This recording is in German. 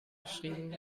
geschrieben